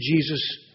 Jesus